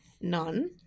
None